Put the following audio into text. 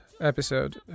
episode